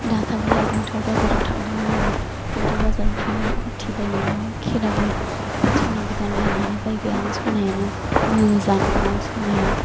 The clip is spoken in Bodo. दाखालिहाय बेंथल बाजाराव थांदोंमोन आङो बेंथल बाजाराव थांनायाव कुर्टि बायनायाव खेराबो सनाबो गाननो होननानै बायबाय आं सनायानो मोजां नङा सनाया